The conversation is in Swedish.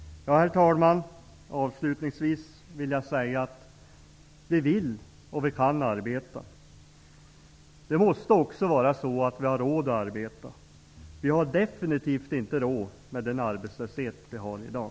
Herr talman! Avslutningsvis vill jag säga att vi vill och vi kan arbeta. Det måste också vara så att vi har råd att arbeta. Vi har definitivt inte råd med den arbetslöshet vi har i dag.